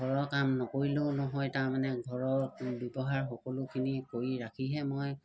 ঘৰৰ কাম নকৰিলেও নহয় তাৰমানে ঘৰৰ ব্যৱহাৰ সকলোখিনি কৰি ৰাখিহে মই